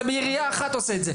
אתה בירייה אחת עושה את זה.